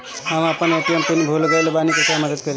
हम अपन ATM PIN भूल गएल बानी, कृपया मदद करीं